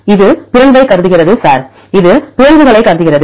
மாணவர் இது பிறழ்வைக் கருதுகிறது சார் இது பிறழ்வுகளை கருதுகிறது